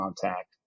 contact